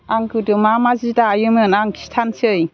आं गोदो मा मा सि दायोमोन आं खिन्थानोसै